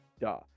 Duh